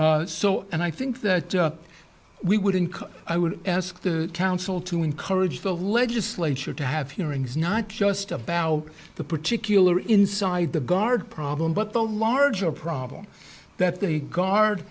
degger so and i think that we would encourage i would ask the council to encourage the legislature to have hearings not just about the particular inside the guard problem but the larger problem that the guard